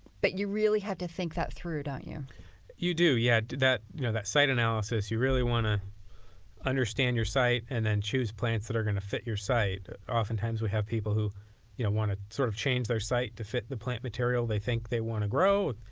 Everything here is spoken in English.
but you really have to think that through, don't you? brian niemann you do. yeah that you know that site analysis, you really want to understand your site and then choose plants that are going to fit your site. oftentimes, we have people who you know want to sort of change their site to fit the plant material they think they want to grow.